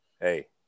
Hey